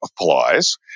applies